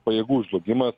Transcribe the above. pajėgų žlugimas